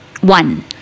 one